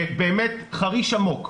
באמת חריש עמוק,